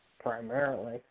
primarily